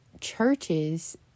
churches